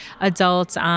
adults